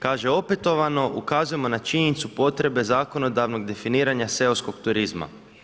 Kaže, opetovano ukazujemo na činjenicu potrebe zakonodavnog definiranja seoskog turizma.